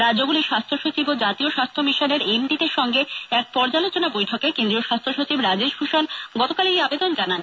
রাজ্যগুলির স্বাস্থ্য সচিব ও জাতীয় স্বাস্থ্য মিশনের এম ডিদের সঙ্গে এক পর্যালোচনা বৈঠকে কেন্দ্রীয় স্বাস্থ্য সচিব রাজেশ ভূষণ এই আবেদন জানান